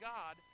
God